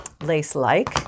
lace-like